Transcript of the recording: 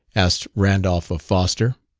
asked randolph of foster.